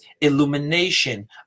illumination